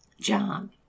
John